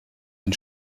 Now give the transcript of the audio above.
ein